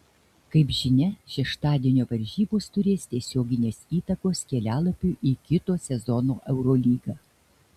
kaip žinia šeštadienio varžybos turės tiesioginės įtakos kelialapiui į kito sezono eurolygą